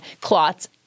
clots